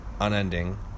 unending